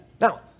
Now